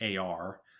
AR